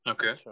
Okay